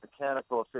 mechanical